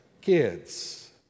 kids